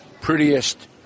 prettiest